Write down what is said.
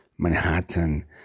Manhattan